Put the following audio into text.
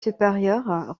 supérieur